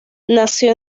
nació